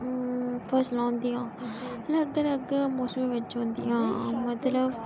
फसलां होंदियां अलग अलग मौसम बिच्च होंदियां मतलब